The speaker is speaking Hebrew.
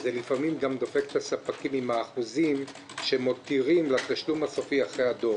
ולפעמים גם דופקת את הספקים עם האחוזים שמותירים לתשלום הסופי אחרי הדוח